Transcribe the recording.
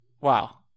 Wow